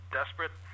desperate